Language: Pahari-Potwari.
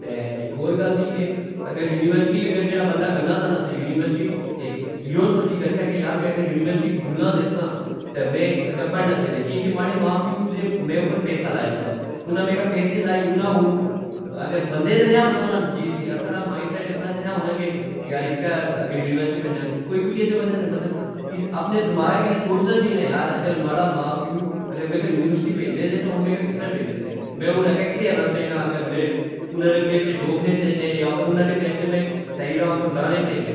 تہ اک ہور گل دی کہ اگر یونیورسٹی جیڑا بندا گلنا سا نا تہ یونیورسٹی یو وچی گچھہ کہ یار میں اگر جلنا سیس نا میں اگہ پڑنا چائی نا کیاکہ ماڑے ما پیو زسے مڑے اپر پیسا لائیا سا انا مکہ پیسے لائی انا اگر ہن بندے کی نے نا پتا ہونا ساڑا مائنڈ سیٹ اتنا تہ نی ہونا کہ یار اسکہ یونیورسٹئ پیجنا کوئی کوئی ایہ جہ بندے ہونے دماغہ کی اے سوچنا چائی نا کہ اگر ماڑے ما پیو اگر مکہ یونیورسٹی پیجنے سے او مکہ کسرہ پیجنے سے میں اگہ ہن کہ کنا چائی نا انا نے پیسے ڈوبنے چائی نے یا فر انا نے پیسے میں سہی را اپر لانے چائی نے